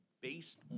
based